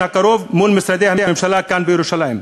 הקרוב מול משרדי הממשלה כאן בירושלים.